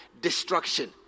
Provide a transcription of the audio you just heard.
destruction